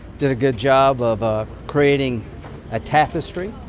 did a good job of ah creating a tapestry,